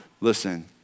Listen